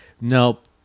nope